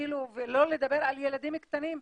ולא לדבר על ילדים קטנים,